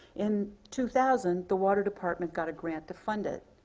in two thousand, the water department got a grant to fund it.